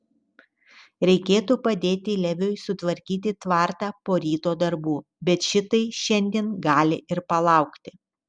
reikėtų padėti leviui sutvarkyti tvartą po ryto darbų bet šitai šiandien gali ir palaukti